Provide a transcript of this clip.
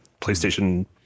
playstation